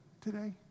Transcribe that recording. today